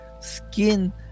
skin